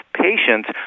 patients